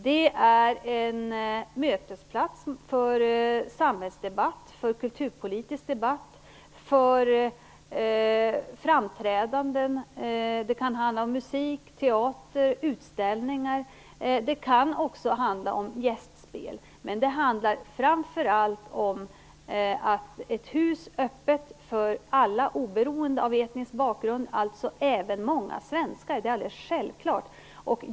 Det är en mötesplats för samhällsdebatt, kulturpolitisk debatt och framträdanden. Det kan handla om musik, teater och utställningar. Det kan också handla om gästspel. Framför allt handlar det dock om ett hus öppet för alla oberoende av etnisk bakgrund, alltså även för många svenskar. Det är alldeles självklart.